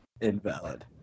Invalid